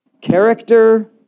character